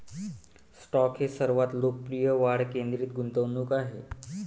stock हे सर्वात लोकप्रिय वाढ केंद्रित गुंतवणूक आहेत